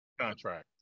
contract